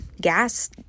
gas